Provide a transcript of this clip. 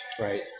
right